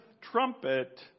trumpet